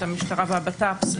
המשטרה והבט"פ,